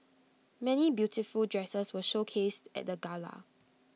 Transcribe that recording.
many beautiful dresses were showcased at the gala